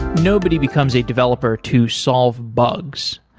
nnobody becomes a developer to solve bugs.